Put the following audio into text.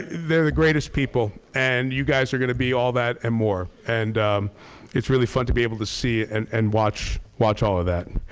they are the greatest people and you guys are going to be all that and more. and it's really fun to be able to see and and watch watch all of that.